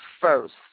first